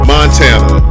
Montana